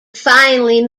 finally